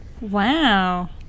Wow